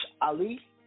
Ali